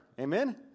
Amen